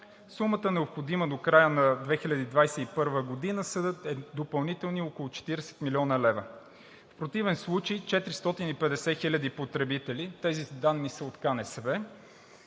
Сумата, необходима до края на 2021 г., са допълнителни около 40 млн. лв. В противен случай 450 хил. потребители – тези данни са от КНСБ,